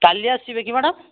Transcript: କାଲି ଆସିବେ କି ମ୍ୟାଡ଼ାମ୍